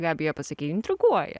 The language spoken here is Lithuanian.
gabija pasakei intriguoja